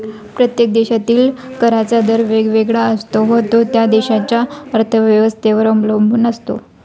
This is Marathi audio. प्रत्येक देशातील कराचा दर वेगवेगळा असतो व तो त्या देशाच्या अर्थव्यवस्थेवर अवलंबून असतो